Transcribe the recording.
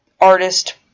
artist